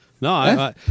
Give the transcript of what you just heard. No